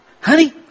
Honey